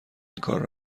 اینکار